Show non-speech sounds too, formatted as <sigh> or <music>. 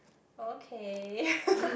okay <laughs>